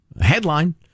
headline